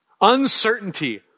Uncertainty